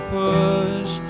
push